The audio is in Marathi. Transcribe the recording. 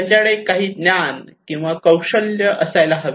त्यांच्याकडे काही ज्ञान किंवा कौशल्य असायला हवे